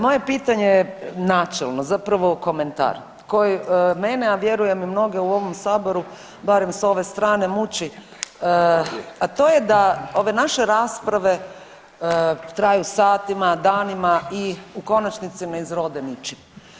Moje pitanje načelno zapravo komentar koji mene, a vjerujem i mnoge u ovom saboru barem s ove strane muči, a to je da ove naše rasprave traju satima, danima i u konačnici ne izrode ničim.